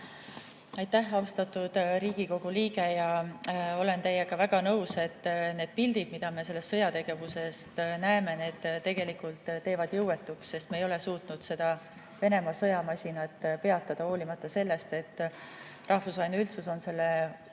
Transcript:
Aitäh, austatud Riigikogu liige! Olen teiega väga nõus, et need pildid, mida me sellest sõjategevusest näeme, tegelikult teevad jõuetuks. Me ei ole suutnud Venemaa sõjamasinat peatada, hoolimata sellest, et rahvusvaheline üldsus on selle